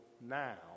now